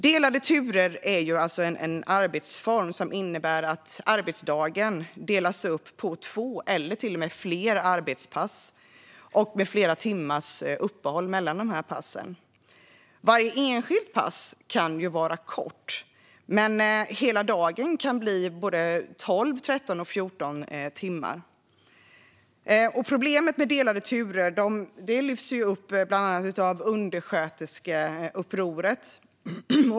Delade turer är en arbetsform som innebär att arbetsdagen delas upp på två eller till och med fler arbetspass med flera timmars uppehåll mellan passen. Varje enskilt pass kan vara kort, men hela dagen kan bli upp till 12, 13 eller 14 timmar. Problemet med delade turer lyfts bland annat upp av Undersköterskeupproret.